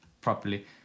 properly